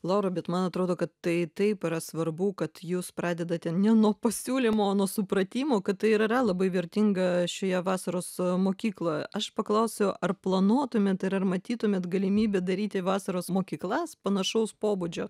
laura bet man atrodo kad tai taip yra svarbu kad jūs pradedate ne nuo pasiūlymo nuo supratimo kad tai ir yra labai vertinga šioje vasaros mokykloje aš paklausiu ar planuotumėt ir ar matytumėt galimybę daryti vasaros mokyklas panašaus pobūdžio